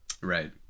Right